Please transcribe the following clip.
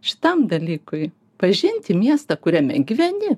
šitam dalykui pažinti miestą kuriame gyveni